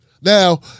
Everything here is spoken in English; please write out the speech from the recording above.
Now